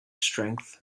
strength